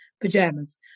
pajamas